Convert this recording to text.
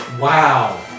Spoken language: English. Wow